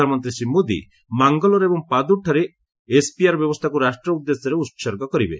ପ୍ରଧାନମନ୍ତ୍ରୀ ଶ୍ରୀ ମୋଦି ମାଙ୍ଗାଲୋର ଏବଂ ପାଦ୍ରରଠାରେ ଏସ୍ପିଆର୍ ବ୍ୟବସ୍ଥାକୃ ରାଷ୍ଟ୍ର ଉଦ୍ଦେଶ୍ୟରେ ଉତ୍ସର୍ଗ କରିବେ